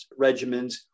regimens